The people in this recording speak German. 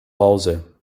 hause